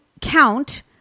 count